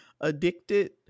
Addicted